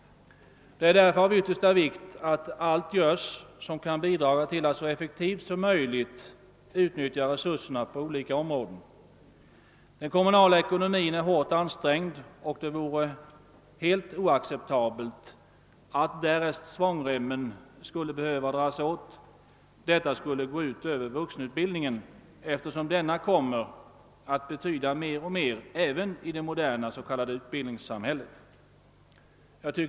Därför är det av yttersta vikt att allt göres som kan bidra till att resurserna utnyttjas så effektivt som möjligt på olika områden. Den kommunala ekonomin är hårt ansträngd, men om svångremmen behöver dras åt är det helt oacceptabelt att det går ut över vuxenutbildningen, eftersom <denna kommer att betyda mer och mer i det moderna s.k. utbildningssamhället.